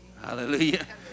Hallelujah